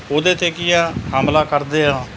ਉਹਦੇ 'ਤੇ ਕੀ ਆ ਹਮਲਾ ਕਰਦੇ ਆ